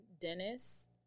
Dennis